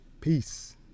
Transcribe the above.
Peace